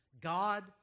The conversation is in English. God